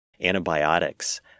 Antibiotics